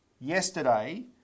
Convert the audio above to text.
Yesterday